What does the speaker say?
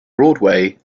broadway